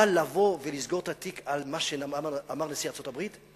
אבל לבוא ולסגור את התיק על מה שאמר נשיא ארצות-הברית,